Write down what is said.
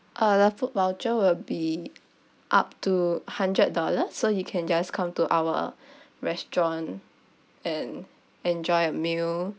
uh the food voucher will be up to hundred dollar so you can just come to our restaurant and enjoy a meal